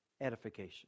edification